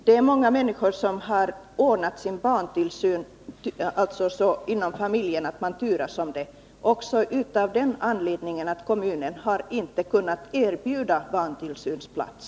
Det är många människor som har ordnat sin barntillsyn inom familjen så att man turas om. Det har man gjort också av den anledningen att kommunen inte har kunnat erbjuda barntillsynsplats.